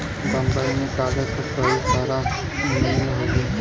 बम्बई में कागज क कई सारा मिल हउवे